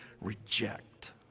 reject